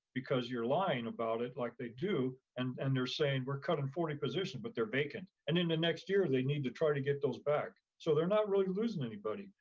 because you're lying about it like they do. and and they're saying we're cutting forty positions, but they're vacant. and in the next year, they need to try to get those back. so they're not really losing anybody.